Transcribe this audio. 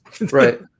right